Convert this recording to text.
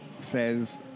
says